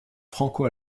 franco